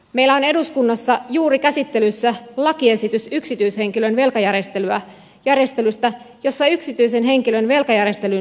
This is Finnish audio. meillä on eduskunnassa juuri käsittelyssä lakiesitys yksityishenkilön velkajärjestelystä jossa yksityisen henkilön velkajärjestelyyn pääsyä helpotetaan